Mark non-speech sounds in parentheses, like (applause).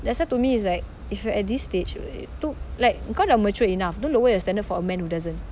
that's why to me is like if you are at this stage (noise) to like kau dah mature enough don't lower your standard for a man who doesn't